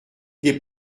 des